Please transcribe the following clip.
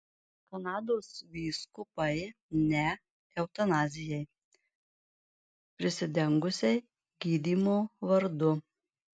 kanados vyskupai ne eutanazijai prisidengusiai gydymo vardu